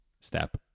step